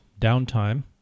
downtime